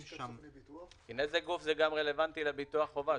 שם נזק גוף גם רלוונטי לביטוח חובה.